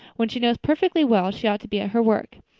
when she knows perfectly well she ought to be at her work.